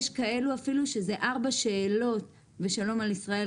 יש מקומות שאפילו אלו ארבע שאלות ושלום על ישראל,